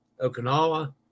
Okinawa